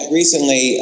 recently